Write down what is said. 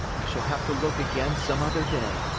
i shall have to look again some other day.